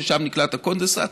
ששם נקלט הקונדנסט.